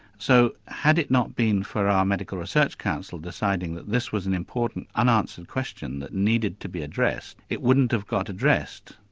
so had it not been for our medical research council deciding that this was an important unanswered question that needed to be addressed, it wouldn't have go addressed.